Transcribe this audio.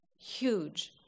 huge